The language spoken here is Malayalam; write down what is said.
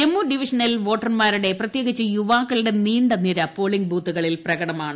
ജമ്മു ഡിവിഷനിൽ വോട്ടർമാരുടെ പ്രത്യേകിച്ച് യുവാക്കളുടെ നീണ്ട നിര പോളിംഗ് ബുത്തുകളിൽ പ്രകടമാണ്